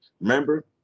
Remember